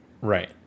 right